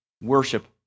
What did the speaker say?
worship